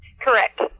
Correct